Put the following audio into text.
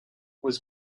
was